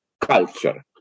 culture